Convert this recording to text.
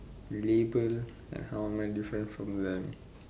liberal like how am I different from the